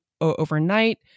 Overnight